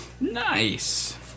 nice